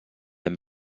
amb